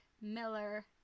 Miller